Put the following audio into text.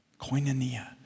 Koinonia